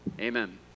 Amen